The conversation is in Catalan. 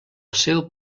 seu